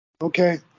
Okay